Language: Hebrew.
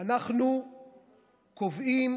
אנחנו קובעים